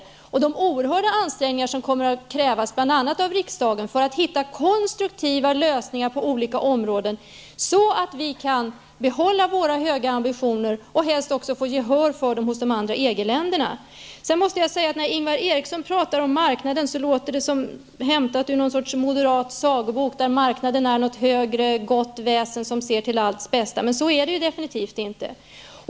Det kommer att krävas oerhörda ansträngningar bl.a. av riksdagen för att finna konstruktiva lösningar på olika områden så att vi kan behålla våra höga ambitioner och helst också få gehör för dem hos de andra EG-länderna. När Ingvar Eriksson talar om marknaden låter det som hämtat ur någon sorts moderat sagobok där marknaden är något högre gott väsen som ser till allas bästa, men så är det definitivt inte.